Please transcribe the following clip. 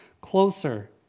closer